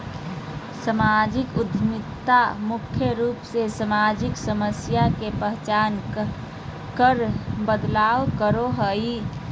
सामाजिक उद्यमिता मुख्य रूप से सामाजिक समस्या के पहचान कर बदलाव करो हय